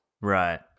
Right